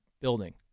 building